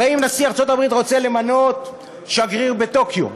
הרי אם נשיא ארצות-הברית רוצה למנות שגריר בטוקיו,